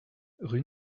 rue